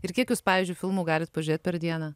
ir kiek jūs pavyzdžiui filmų galit pažiūrėt per dieną